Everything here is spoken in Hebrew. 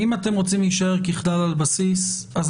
אם אתם רוצים להישאר עם "ככלל על בסיס" אז